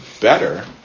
better